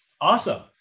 Awesome